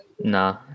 Nah